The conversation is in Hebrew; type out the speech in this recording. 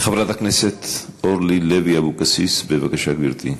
חברת הכנסת אורלי לוי אבקסיס, בבקשה, גברתי.